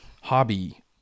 hobby